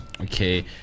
okay